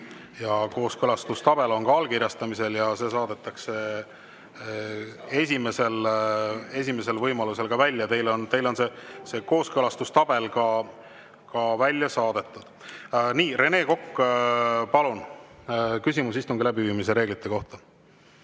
Kooskõlastustabel on allkirjastamisel ja see saadetakse esimesel võimalusel välja. Teile on see kooskõlastustabel välja saadetud. Rene Kokk, palun, küsimus istungi läbiviimise reeglite kohta!